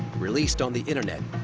released on the internet,